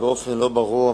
ובאופן לא ברור,